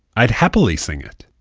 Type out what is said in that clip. i'd happily sing it.